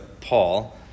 Paul